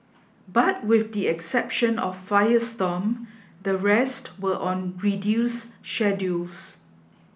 but with the exception of firestorm the rest were on reduced schedules